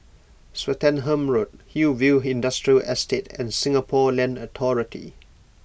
Swettenham Road Hillview Industrial Estate and Singapore Land Authority